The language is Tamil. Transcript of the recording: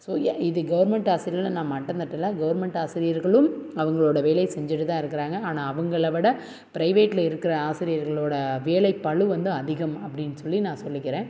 ஸோ இது கவர்மெண்ட் ஆசிரியர்களை நான் மட்டந்தட்டலை கவர்மெண்ட் ஆசிரியர்களும் அவங்களோடய வேலையை செஞ்சுட்டுதான் இருக்கிறாங்க ஆனால் அவங்களைவிட பிரைவேட்டில் இருக்கிற ஆசிரியர்களோட வேலைப்பளு வந்து அதிகம் அப்படின்னு சொல்லி நான் சொல்லிக்கிறேன்